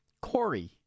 Corey